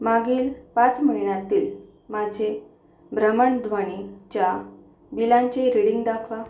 मागील पाच महिन्यातील माझे भ्रमणध्वनीच्या बिलांचे रीडिंग दाखवा